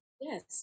Yes